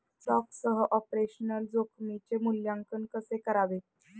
स्टॉकसह ऑपरेशनल जोखमीचे मूल्यांकन कसे करावे?